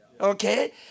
okay